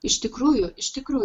iš tikrųjų iš tikrųjų